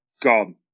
gone